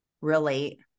relate